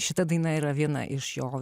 šita daina yra viena iš jo